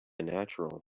natural